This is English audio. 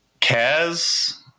Kaz